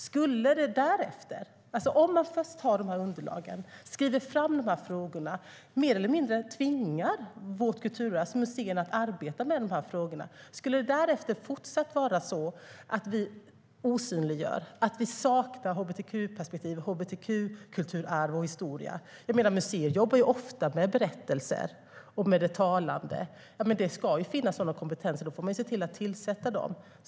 Vi har nu dessa underlag, skriver fram frågorna och mer eller mindre tvingar vårt kulturarv, alltså museerna, att arbeta med frågorna. Möjligen kan det därefter fortsatt vara så att vi osynliggör och att vi saknar hbtq-perspektiv, hbtq-kulturarv och hbtq-historia. Men museer jobbar ju ofta med berättelser och med det talande. Det ska finnas sådan kompetens, och annars får man se till att tillsätta sådan.